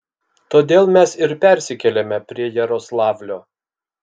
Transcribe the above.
todėl mes ir persikėlėme prie jaroslavlio